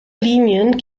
linien